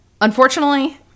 unfortunately